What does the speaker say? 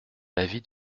l’avis